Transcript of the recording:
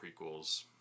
prequels